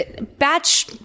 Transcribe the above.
Batch